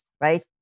right